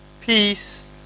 peace